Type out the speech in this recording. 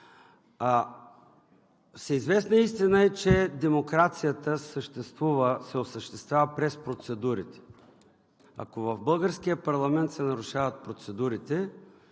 Всеизвестна истина е, че демокрацията се осъществява през процедурите. Ако в българския парламент се нарушават процедурите,